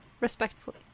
respectfully